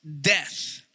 death